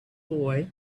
boy